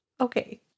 okay